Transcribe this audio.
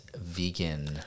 vegan